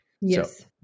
Yes